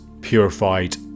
purified